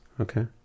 okay